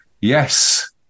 yes